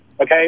Okay